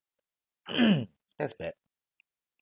that's bad